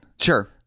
Sure